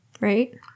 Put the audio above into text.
right